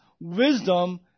wisdom